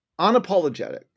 unapologetic